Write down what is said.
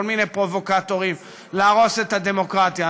מיני פרובוקטורים להרוס את הדמוקרטיה.